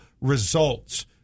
results